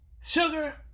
Sugar